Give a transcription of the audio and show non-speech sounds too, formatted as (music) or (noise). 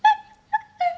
(laughs)